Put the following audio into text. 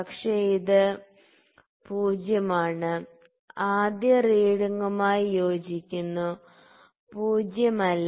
പക്ഷേ ഇത് 0 ആണ് ആദ്യ റീഡിങ്ങുമായി യോജിക്കുന്നു പൂജ്യം അല്ല